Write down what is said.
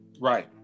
Right